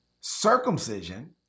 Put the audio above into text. circumcision